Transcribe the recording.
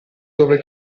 dove